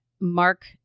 mark